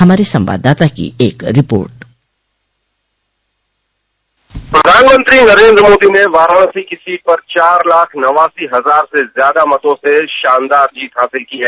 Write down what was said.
हमारे संवाददाता की एक रिपोर्ट प्रधानमंत्री नरेन्द्र मोदी ने वाराणसी की सीट पर चार लाख नवासी हजार से ज्यादा मतों से शानदार जीत हासिल की है